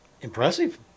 Impressive